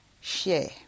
share